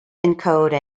encode